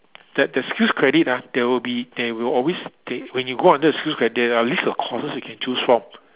the the skills credit ah there will be there will always they when you go under the skills credit ah list of courses you can choose from